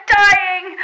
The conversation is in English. dying